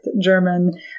German